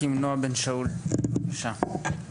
עמותת אקי"ם ,נועה בן שאול נמצאת בזום,